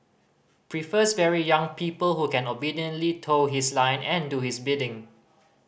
prefers very young people who can obediently toe his line and do his bidding